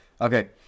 Okay